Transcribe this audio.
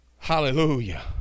Hallelujah